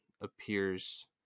appears